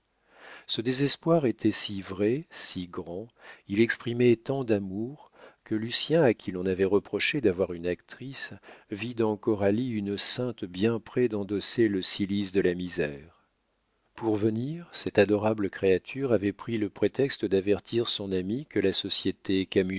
ce désespoir était si vrai si grand il exprimait tant d'amour que lucien à qui l'on avait reproché d'avoir une actrice vit dans coralie une sainte bien près d'endosser le cilice de la misère pour venir cette adorable créature avait pris le prétexte d'avertir son ami que la société